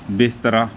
ਬਿਸਤਰਾ